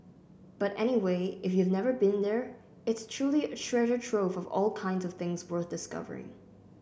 but anyway if you've never been there it's truly a treasure trove of all kinds of things worth discovering